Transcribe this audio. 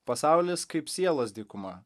pasaulis kaip sielos dykuma